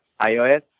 iOS